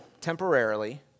temporarily